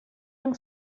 dem